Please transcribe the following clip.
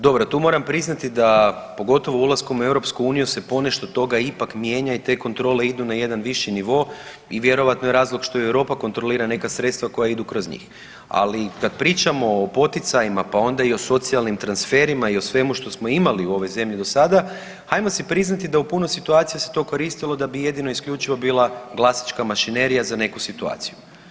Dobro, tu moram priznati da pogotovo ulaskom u EU se ponešto toga ipak mijenja i te kontrole idu na jedan viši nivo i vjerojatno je razlog što i Europa kontrolira neka sredstva koja idu kroz njih, ali kad pričamo o poticajima, pa onda i o socijalnim transferima i o svemu što smo imali u ovoj zemlji do sada hajmo si priznati da u puno situacija se to koristilo da bi jedino i isključivo bila glasačka mašinerija za neku situaciju.